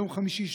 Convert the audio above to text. ביום חמישי,